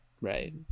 right